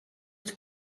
most